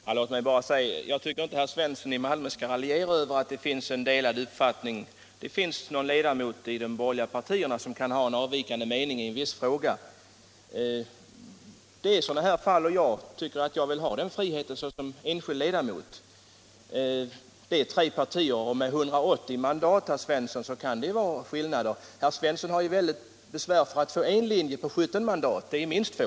Herr talman! Jag anser inte att herr Svensson i Malmö skall raljera över att det kan finnas någon ledamot i ett av de borgerliga partierna som har en avvikande mening i en viss fråga. I sådana här fall tycker jag att jag vill ha den friheten som enskild ledamot. De tre regeringspartierna förfogar över 180 mandat, herr Svensson, och då kan det finnas vissa skillnader. Herr Svensson har ju ett väldigt besvär med att få till stånd en linje på 17 mandat — det är minst två.